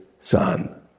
son